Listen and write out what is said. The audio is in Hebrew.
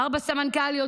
--- ארבע סמנכ"ליות.